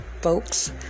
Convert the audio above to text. folks